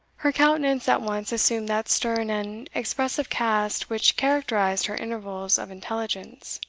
her countenance at once assumed that stern and expressive cast which characterized her intervals of intelligence.